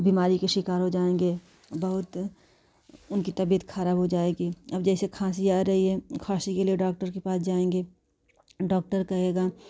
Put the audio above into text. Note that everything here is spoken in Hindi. बीमारी का शिकार हो जाएँगे बहुत उनकी तबीयत खराब हो जाएगी अब जैसे खाँसी आ रही है खाँसी के लिए डाक्टर के पास जाएँगे डॉक्टर कहेगा